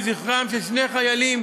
בנתיב-האבות לזכרם של שני חיילים,